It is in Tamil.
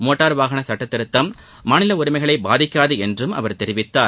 மோட்டார் வாகன சட்டத்திருத்தம் மாநில உரிமைகளை பாதிக்காது என்றும் அவர் தெரிவித்தார்